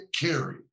carry